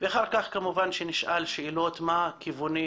ואחר כך כמובן שנשאל שאלות מה כיווני